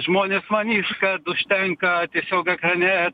žmonės manys kad užtenka tiesiog ekrane